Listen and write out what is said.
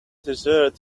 dessert